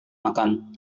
makan